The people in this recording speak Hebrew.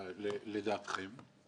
לדעתכם.